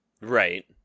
right